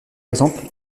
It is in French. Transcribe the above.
exemple